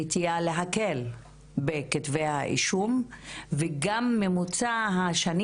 נטיה להקל בכתבי האישום וגם ממוצע השנים